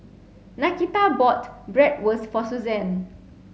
Nakita bought Bratwurst for Susanne